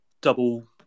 double